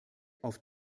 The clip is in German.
auf